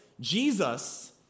Jesus